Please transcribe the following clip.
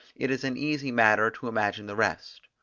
it is an easy matter to imagine the rest.